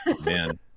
Man